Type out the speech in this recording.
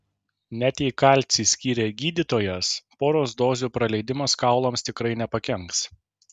net jei kalcį skyrė gydytojas poros dozių praleidimas kaulams tikrai nepakenks